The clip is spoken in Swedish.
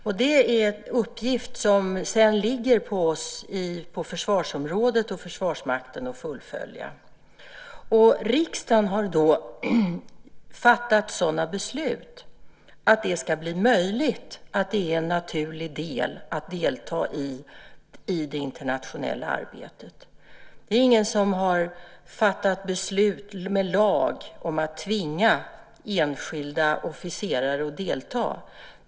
Det är sedan en uppgift som det åligger oss på försvarsområdet och Försvarsmakten att fullfölja. Riksdagen har fattat sådana beslut att det ska bli möjligt att deltagande i det internationella arbetet ska vara en naturlig del. Det är ingen som med lag har fattat beslut om att tvinga enskilda officerare att delta.